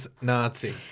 Nazi